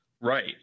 right